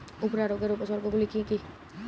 উফরা রোগের উপসর্গগুলি কি কি?